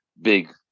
big